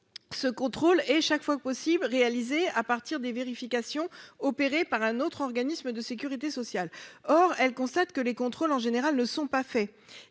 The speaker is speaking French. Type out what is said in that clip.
ce contrôle et chaque fois que possible, réalisée à partir des vérifications opérées par un autre organisme de Sécurité sociale, or elle constate que les contrôles en général ne sont pas faits,